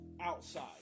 Outside